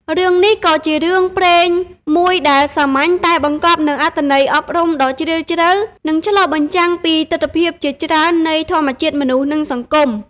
រឿងនេះក៏ជារឿងព្រេងមួយដែលសាមញ្ញតែបង្កប់នូវអត្ថន័យអប់រំដ៏ជ្រាលជ្រៅ និងឆ្លុះបញ្ចាំងពីទិដ្ឋភាពជាច្រើននៃធម្មជាតិមនុស្ស និងសង្គម។